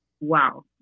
wow